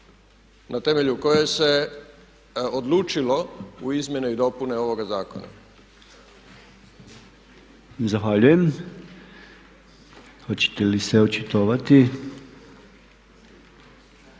na temelju koje se odlučilo u izmjene i dopune ovoga zakona. **Podolnjak, Robert (MOST)** Zahvaljujem.